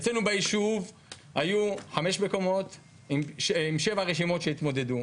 אצלנו בישוב היו חמישה מקומות עם שבע רשימות שהתמודדו,